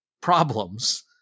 problems